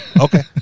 Okay